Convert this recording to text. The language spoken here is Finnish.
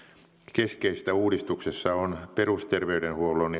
keskeistä uudistuksessa on perusterveydenhuollon